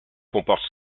comporte